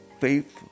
faith